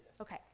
Okay